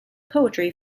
poetry